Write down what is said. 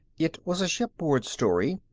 it was a shipboard story,